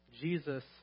Jesus